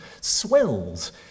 swells